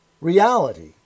Reality